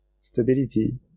stability